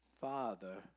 Father